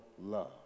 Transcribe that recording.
love